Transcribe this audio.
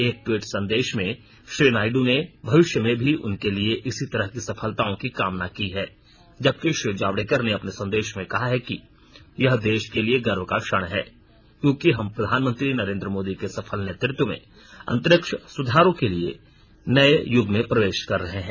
एक ट्वीट संदेश में श्री नायडु ने भविष्य लिए में भी उनके लिए इसी तरह की सफलताओं की कामना की है जबकि श्री जावडेकर ने अपने संदेष में कहा है कि यह देश के लिए गर्व का क्षण है क्योंकि हम प्रधानमंत्री नरेंद्र मोदी के सफल नेतृत्व में अंतरिक्ष सुधारों के नए युग में प्रवेश कर रहे हैं